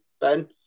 Ben